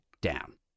down